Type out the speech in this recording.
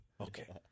Okay